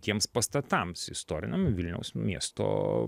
tiems pastatams istoriniam vilniaus miesto